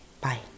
Bye